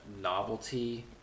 novelty